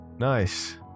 Nice